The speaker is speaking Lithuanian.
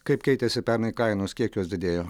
kaip keitėsi pernai kainos kiek jos didėjo